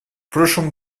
прошлом